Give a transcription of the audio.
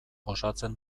osatzen